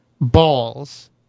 balls